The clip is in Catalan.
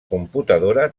computadora